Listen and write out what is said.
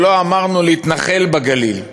ולא אמרנו: להתנחל בגליל.